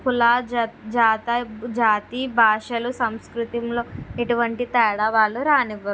కుల జత జాత జాతి భాషలు సంస్కృతిలో ఎటువంటి తేడా వాళ్ళు రానివ్వరు